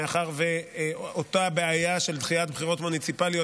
מאחר שאותה בעיה של דחיית בחירות מוניציפליות